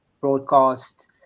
broadcast